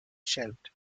shelved